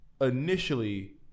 initially